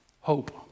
hope